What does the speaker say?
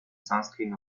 sunscreen